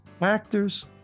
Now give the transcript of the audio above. actors